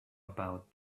about